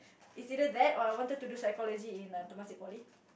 it's either that or I wanted to do psychology in a Temasek Poly